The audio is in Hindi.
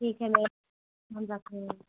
ठीक है मैम हम रख रहे हैं